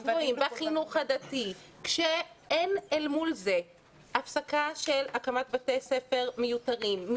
גבוהים בחינוך הדתי כאשר אל מול זה אין הפסקה של הקמת בתי ספר מיותרים,